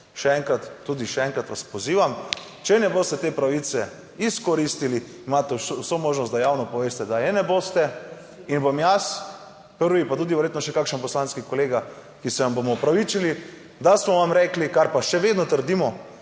Še enkrat, tudi še enkrat vas pozivam, če ne boste te pravice izkoristili, imate vso možnost, da javno poveste, da je ne boste in bom jaz. Prvi, pa tudi verjetno še kakšen poslanski kolega, ki se vam bomo opravičili, da smo vam rekli, kar pa še vedno trdimo.